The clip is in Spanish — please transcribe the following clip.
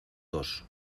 dos